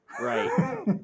Right